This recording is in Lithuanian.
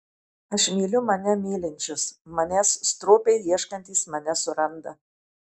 aš myliu mane mylinčius manęs stropiai ieškantys mane suranda